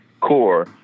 core